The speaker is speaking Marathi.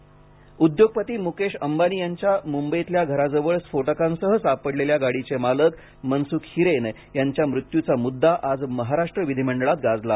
हिरेन उद्योगपती मुकेश अंबानी यांच्या मुंबईतल्या घराजवळ स्फोटकांसह सापडलेल्या गाडीचे मालक मनसुख हिरेन यांच्या मृत्यूचा मुद्दा आज महाराष्ट्र विधिमंडळात गाजला